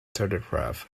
telegraph